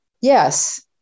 yes